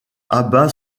abat